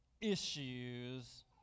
issues